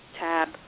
tab